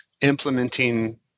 implementing